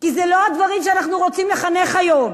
וזה לא הדברים שאנחנו רוצים לחנך להם היום.